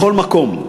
בכל מקום,